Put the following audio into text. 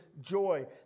joy